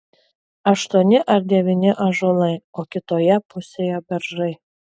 aštuoni ar devyni ąžuolai o kitoje pusėje beržai